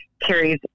Carries